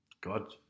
God